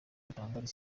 atangariza